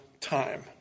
time